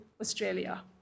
Australia